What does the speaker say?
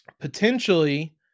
potentially